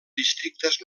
districtes